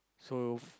so